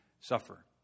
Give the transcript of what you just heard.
suffer